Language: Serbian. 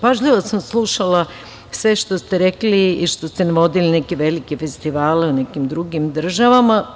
Pažljivo sam slušala sve što ste rekli i što ste navodili neke velike festivale u nekim drugim državama.